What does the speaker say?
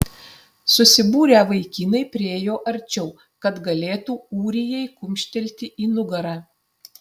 susibūrę vaikinai priėjo arčiau kad galėtų ūrijai kumštelėti į nugarą